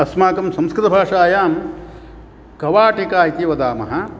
अस्माकं संस्कृतभाषायां कवाटिका इति वदामः